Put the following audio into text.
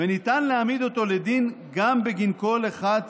וניתן להעמיד אותו לדין גם בגין כל אחת